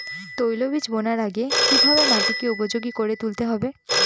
তৈলবীজ বোনার আগে কিভাবে মাটিকে উপযোগী করে তুলতে হবে?